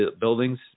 buildings